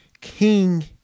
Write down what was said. king